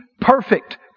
perfect